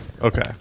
Okay